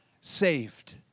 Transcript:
saved